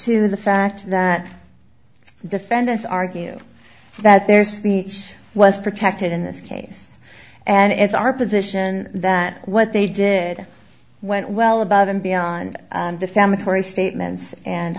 to the fact that defendants argue that their speech was protected in this case and it's our position that what they did went well above and beyond defamatory statements and